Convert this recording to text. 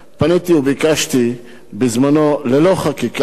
פניתי וביקשתי בזמני, ללא חקיקה,